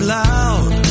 loud